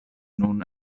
nun